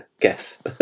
guess